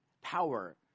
power